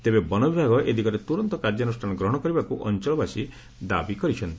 ତେବେ ବନବିଭାଗ ଏଦିଗରେ ତୁରନ୍ତ କାର୍ଯ୍ୟାନୁଷାନ ଗ୍ରହଣ କରିବାକୁ ଅଞଳବାସୀ ଦାବି କରିଛନ୍ତି